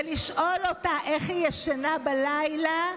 ולשאול אותה איך היא ישנה בלילה,